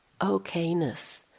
okayness